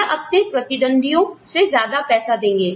या उन्हें अपने प्रतिद्वंद्वियों से ज्यादा पैसा देंगे